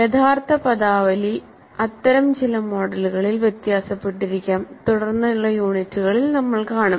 യഥാർത്ഥ പദാവലി അത്തരം ചില മോഡലുകളിൽ വ്യത്യാസപ്പെട്ടിരിക്കാം തുടർന്നുള്ള യൂണിറ്റുകളിൽ നമ്മൾ കാണും